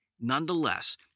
Nonetheless